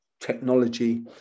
technology